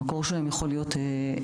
המקור שלהם יכול להיות שונה,